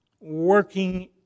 working